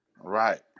right